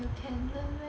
you can learn meh